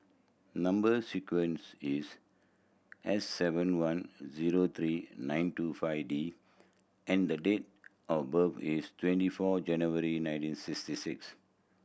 number sequence is S seven one zero three nine two five D and the date of birth is twenty four January nineteen sixty six